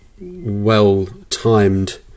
well-timed